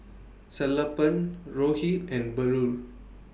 Sellapan Rohit and Bellur